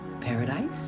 paradise